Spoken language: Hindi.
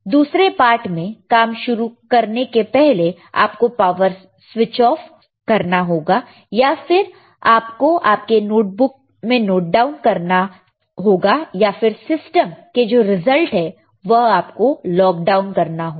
दूसरे पार्ट में काम शुरुआत करने के पहले आपको पावर स्विच ऑफ करना होगा या फिर आपको आपके नोटबुक में नोट डाउन करना होगा या फिर सिस्टम के जो रिजल्ट है वह आपको लॉक डाउन करना होगा